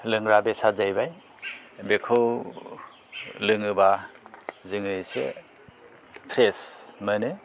लोंग्रा बेसाद जाहैबाय बेखौ लोङोब्ला जोङो एसे फ्रेश मोनो